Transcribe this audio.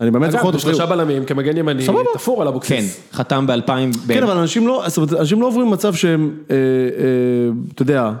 אני באמת זוכר את הפרישה בעלמים, כמגן ימני, אני תפור על הבוקסס. כן, חתם באלפיים ו... כן, אבל אנשים לא... זאת אומרת, אנשים לא עוברים מצב שהם, אה... אה... אתה יודע...